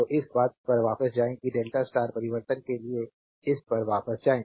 तो इस बात पर वापस जाएं कि डेल्टा स्टार परिवर्तन के लिए इस पर वापस जाएं